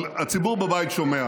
אבל הציבור בבית שומע,